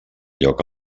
lloc